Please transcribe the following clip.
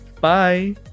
Bye